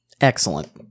Excellent